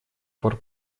пор